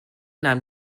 nahm